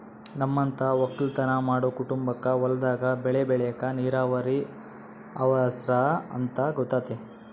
ನಮ್ಮಂತ ವಕ್ಕಲುತನ ಮಾಡೊ ಕುಟುಂಬಕ್ಕ ಹೊಲದಾಗ ಬೆಳೆ ಬೆಳೆಕ ನೀರಾವರಿ ಅವರ್ಸ ಅಂತ ಗೊತತೆ